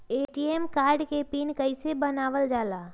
ATM card के pin कैसे बनावल जाला?